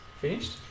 finished